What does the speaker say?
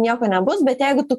nieko nebus bet jeigu tu